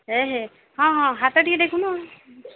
ଏ ହେ ହଁ ହଁ ହାତ ଟେକି ଦେଖୁନୁ